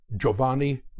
Giovanni